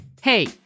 Hey